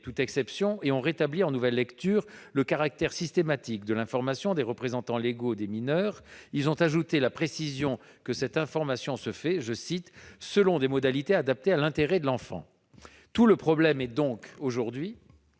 toute exception et ont rétabli en nouvelle lecture le caractère systématique de l'information des représentants légaux des mineurs. Ils ont précisé que cette information se fait « selon des modalités adaptées à l'intérêt supérieur de l'enfant ». Tout le problème qui se pose aujourd'hui